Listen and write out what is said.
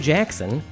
Jackson